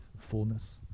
fullness